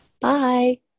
Bye